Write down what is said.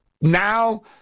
Now